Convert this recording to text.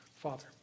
Father